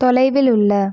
தொலைவில் உள்ள